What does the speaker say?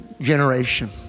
generation